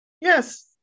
Yes